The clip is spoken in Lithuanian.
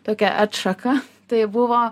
tokia atšaka tai buvo